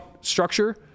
structure